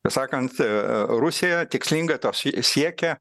taip sakant rusija tikslingai to sie siekia